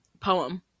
poem